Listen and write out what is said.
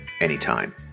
anytime